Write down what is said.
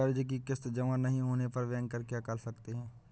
कर्ज कि किश्त जमा नहीं होने पर बैंकर क्या कर सकते हैं?